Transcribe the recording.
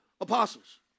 apostles